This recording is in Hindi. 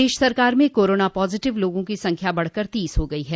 प्रदेश सरकार में कोरोना पॉजिटिव लोगों की संख्या बढ़कर तीस हो गई है